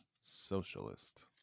socialist